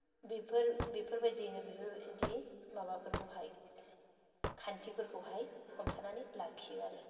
बेफोर बेफोरबादियैनो बेफोरबादि माबाफोरखौहाय खान्थिफोरखौहाय हमथानानै लाखियो आरो